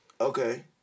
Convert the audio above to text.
Okay